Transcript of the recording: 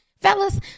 fellas